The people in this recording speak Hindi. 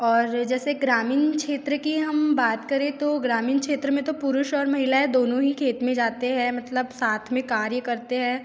और जैसे ग्रामीण क्षेत्र की हम बात करें तो ग्रामीण क्षेत्र में तो पुरुष और महिलाएँ दोनों ही खेत में जाते हैं मतलब साथ में कार्य करते हैं